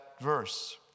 verse